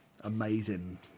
Amazing